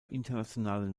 internationalen